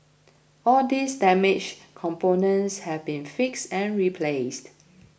all these damaged components have been fixed and replaced